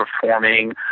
performing